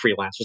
freelancers